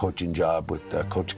coaching job with coach